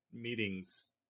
meetings